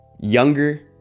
younger